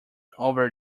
over